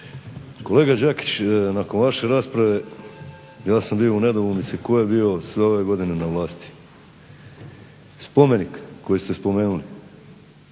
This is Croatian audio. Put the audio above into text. Kolega Đakić, nakon vaše rasprave ja sam bio u nedoumici tko je bio sve ove godine na vlasti. Spomenik koji ste spomenuli,